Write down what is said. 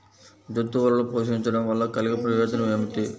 జంతువులను పోషించడం వల్ల కలిగే ప్రయోజనం ఏమిటీ?